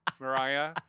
Mariah